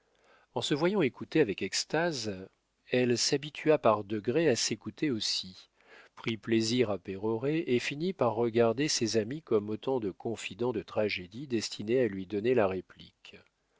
en se voyant écoutée avec extase elle s'habitua par degrés à s'écouter aussi prit plaisir à pérorer et finit par regarder ses amis comme autant de confidents de tragédie destinés à lui donner la réplique